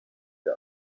die